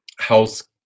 house